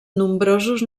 nombrosos